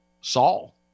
Saul